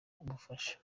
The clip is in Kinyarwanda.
bufasha